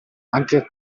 anche